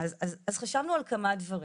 אז חשבנו על כמה דברים,